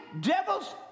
devils